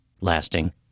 lasting